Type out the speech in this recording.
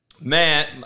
Man